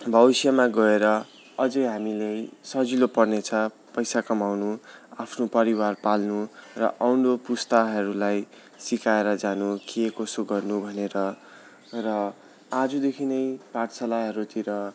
भविष्यमा गएर अझै हामीलाई सजिलो पर्नेछ पैसा कमाउनु आफ्नो परिवार पाल्नु र आउँदो पुस्ताहरूलाई सिकाएर जानु के कसो गर्नु भनेर र आजदेखि नै पाठशालाहरूतिर